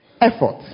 Effort